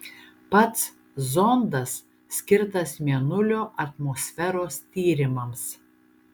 pats zondas skirtas mėnulio atmosferos tyrimams